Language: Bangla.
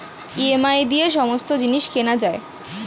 ই.এম.আই দিয়ে সমস্ত জিনিস কেনা যায়